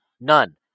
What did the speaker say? none